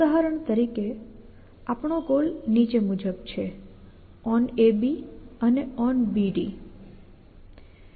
ઉદાહરણ તરીકે આપણો ગોલ નીચે મુજબ છે OnAB અને OnBD